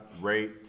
rate